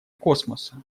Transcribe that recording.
космоса